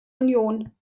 union